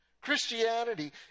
Christianity